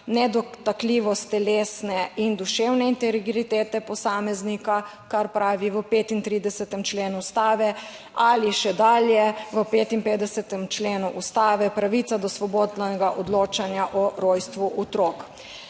nedotakljivost telesne in duševne integritete posameznika, kar pravi v 35. členu Ustave ali še dalje v 55. členu Ustave pravica do svobodnega odločanja o rojstvu otrok.